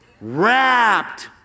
wrapped